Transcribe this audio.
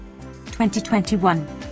2021